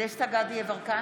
דסטה גדי יברקן,